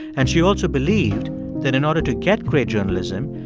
and she also believed that in order to get great journalism,